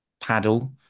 paddle